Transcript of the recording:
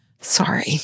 Sorry